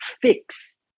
fix